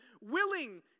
willing